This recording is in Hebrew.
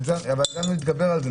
אבל הצלחנו להתגבר על זה.